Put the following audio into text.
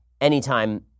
anytime